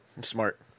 Smart